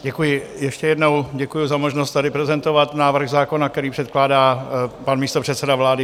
Děkuji ještě jednou, děkuji za možnost tady prezentovat návrh zákona, který předkládá pan místopředseda vlády Vít Rakušan.